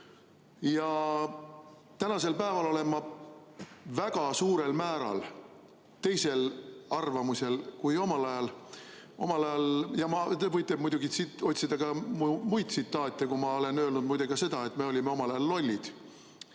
Ja tänasel päeval olen ma väga suurel määral teisel arvamusel kui omal ajal. Ja te võite muidugi otsida ka muid tsitaate, ma olen öelnud näiteks ka seda, et me olime omal ajal lollid.